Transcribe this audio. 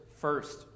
first